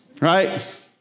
Right